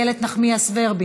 חברת הכנסת איילת נחמיאס ורבין,